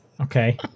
Okay